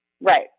Right